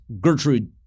Gertrude